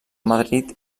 madrid